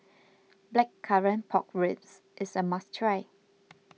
Blackcurrant Pork Ribs is a must try